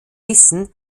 wissen